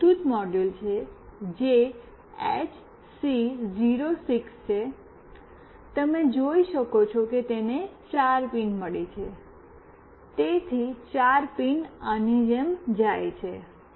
આ Bluetooth module છે જે એચસી 06 છે તમે જોઈ શકો છો કે તેને ચાર પિન મળી ગઈ છે તેથી ચાર પિન આની જેમ જાય છે